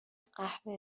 قهوه